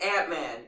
Ant-Man